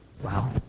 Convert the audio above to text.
Wow